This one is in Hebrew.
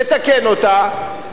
לתקן אותה,